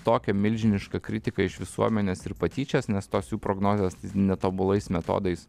tokią milžinišką kritiką iš visuomenės ir patyčias nes tos jų prognozės netobulais metodais